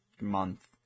month